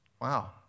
Wow